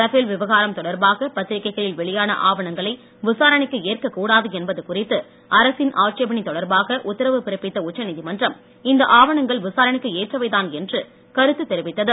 Rafale விவகாரம் தொடர்பாக பத்திரிகைகளில் வெளியான ஏற்கக்கூடாது என்பது குறித்து அரசின் ஆட்சேபணை தொடர்பாக உத்தரவு பிறப்பித்த உச்ச நீதின்றம் இந்த ஆவணங்கள் விசாரணைக்கு ஏற்றவைதான் என்று கருத்து தெரிவித்தது